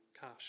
cash